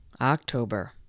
October